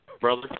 Brother